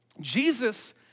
Jesus